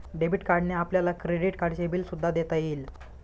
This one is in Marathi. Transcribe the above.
डेबिट कार्डने आपल्याला क्रेडिट कार्डचे बिल सुद्धा देता येईल